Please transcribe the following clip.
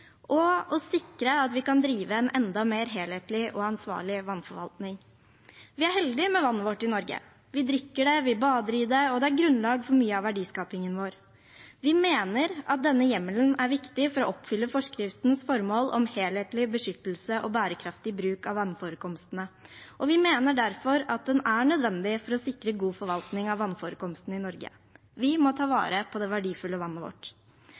og sikre at vi kan drive en enda mer helhetlig og ansvarlig vannforvaltning. Vi er heldig med vannet vårt i Norge. Vi drikker det, vi bader i det, og det er grunnlag for mye av verdiskapingen vår. Vi mener at denne hjemmelen er viktig for å oppfylle forskriftens formål om helhetlig beskyttelse og bærekraftig bruk av vannforekomstene. Vi mener derfor at den er nødvendig for å sikre god forvaltning av vannforekomstene i Norge. Vi må ta vare på det verdifulle vannet vårt.